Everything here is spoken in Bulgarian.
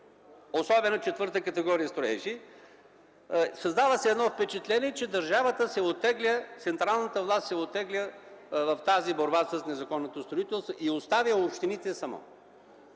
Особено четвърта категория строежи. Създава се едно впечатление, че държавата, централната власт се оттегля в тази борба с незаконното строителство и е оставила общините сами.